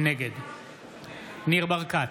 נגד ניר ברקת,